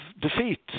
defeat